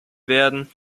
werden